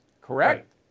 correct